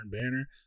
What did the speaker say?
Banner